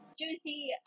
juicy